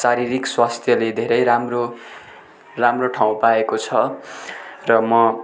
शारीरिक स्वास्थ्यले धेरै राम्रो राम्रो ठाउँ पाएको छ र म